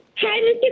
Hi